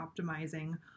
optimizing